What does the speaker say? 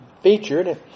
featured